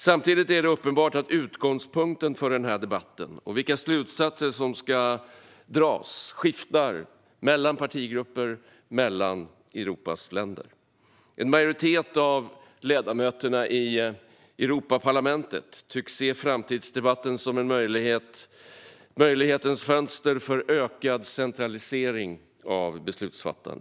Samtidigt är det uppenbart att utgångspunkten för debatten och vilka slutsatser som ska dras skiftar mellan partigrupper och Europas länder. En majoritet av ledamöterna i Europaparlamentet tycks se framtidsdebatten som möjlighetens fönster för ökad centralisering av beslutsfattandet.